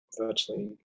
virtually